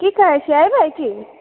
की कहै छियै अयबै की